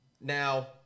now